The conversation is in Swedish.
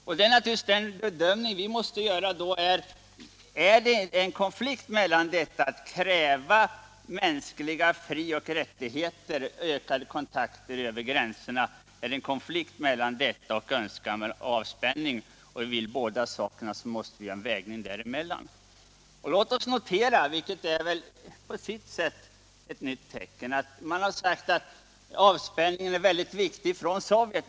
Och den bedömning vi då måste göra är naturligtvis: Är det en konflikt mellan detta att kräva mänskliga frioch rättigheter samt ökade kontakter över gränserna och en önskan om avspänning? Vill man båda sakerna, så måste det bli en avvägning mellan dem. Man har sagt att avspänningen är mycket viktig för Sovjet.